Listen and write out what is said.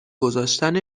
گذاشتن